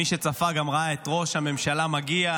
מי שצפה גם ראה את ראש הממשלה מגיע,